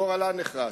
גורלה נחרץ.